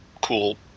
cool